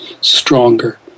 stronger